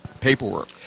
paperwork